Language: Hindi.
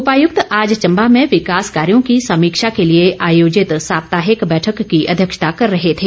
उपायुक्त आज चंबा में विकास कार्यों की समीक्षा के लिए आयोजित साप्ताहिक बैठक की अध्यक्षता कर रहे थे